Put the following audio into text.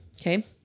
Okay